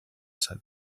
set